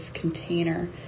container